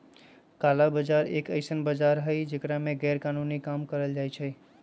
काला बाजार एक ऐसन बाजार हई जेकरा में गैरकानूनी काम कइल जाहई